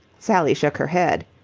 sally shook her head.